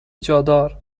جادار